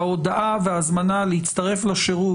שההודעה וההזמנה להצטרף לשירות,